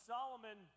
Solomon